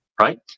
right